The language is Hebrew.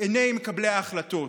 עיני מקבלי ההחלטות.